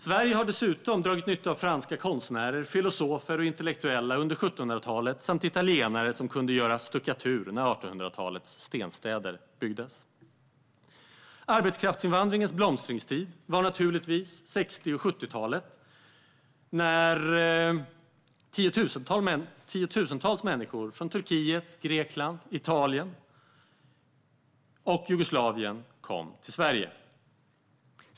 Sverige har dessutom dragit nytta av franska konstnärer, filosofer och intellektuella under 1700-talet samt av italienare som kunde göra stuckatur när 1800-talets stenstäder byggdes. Arbetskraftsinvandringens blomstringstid var naturligtvis på 1960-talet och 1970-talet, när tiotusentals människor från Turkiet, Grekland, Italien och Jugoslavien kom till Sverige.